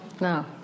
No